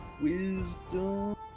Wisdom